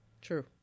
true